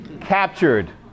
captured